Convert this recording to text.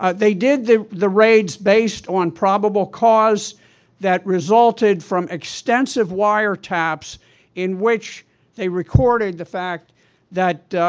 ah they did the the raids based on probable cause that resulted from extensive wire taps in which they recorded the fact that